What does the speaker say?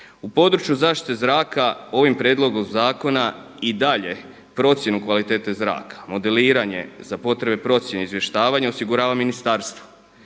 U području zaštite zraka ovim prijedlogom zakona i dalje procjenu kvalitete zraka, modeliranje za potrebe procjene izvještavanja osigurava ministarstvo